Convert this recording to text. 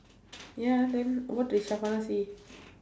ya then what did say